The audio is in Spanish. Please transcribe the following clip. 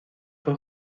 fue